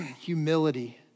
humility